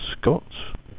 Scott